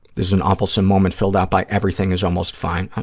this is an awfulsome moment filled out by everything is almost fine.